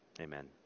Amen